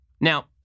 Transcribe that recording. Now